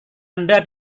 anda